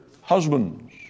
husbands